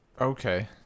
Okay